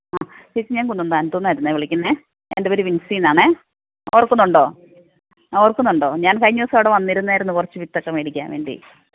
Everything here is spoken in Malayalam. ആ ചേച്ചി ഞാൻ കുന്നന്താനത്ത് നിന്നായിരുന്നേ വിളിക്കുന്നത് എൻ്റെ പേര് വിൻസി എന്നാണ് ഓർക്കുന്നുണ്ടോ ഓർക്കുന്നുണ്ടോ ഞാൻ കഴിഞ്ഞ ദിവസം അവിടെ വന്നിരുന്നായിരുന്നു കുറച്ച് വിത്തൊക്കെ മേടിക്കാൻ വേണ്ടി